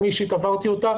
אני אישית עברתי אותה,